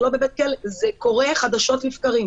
ולא בבית כלא זה קורה חדשות לבקרים,